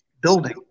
building